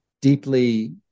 deeply